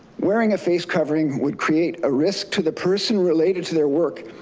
wearing a face covering would create a risk to the person related to their work.